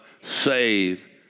Save